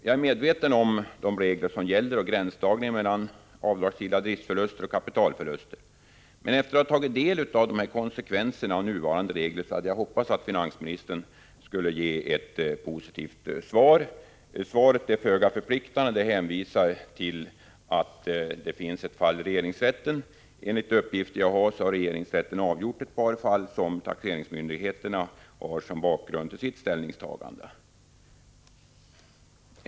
Jag är medveten om de regler som gäller och gränsdragningen mellan avdragsgilla driftsförluster och kapitalförluster. Men efter att ha tagit del av konsekvenserna av nuvarande regler hade jag hoppats att finansministern skulle ge ett positivt svar. Svaret är föga förpliktande — det hänvisar till att det finns ett fall i regeringsrätten. Enligt de uppgifter jag har tagit del av har regeringsrätten avgjort ett par fall som taxeringsmyndigheterna har som bakgrund till sitt ställningstagande.